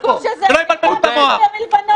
שלא יבלבלו את המוח.